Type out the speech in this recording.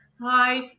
Hi